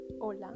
Hola